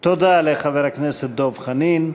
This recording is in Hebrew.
תודה לחבר הכנסת דב חנין.